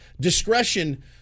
discretion